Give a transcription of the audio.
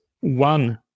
one